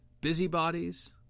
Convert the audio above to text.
busybodies